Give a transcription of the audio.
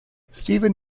steven